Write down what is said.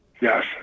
Yes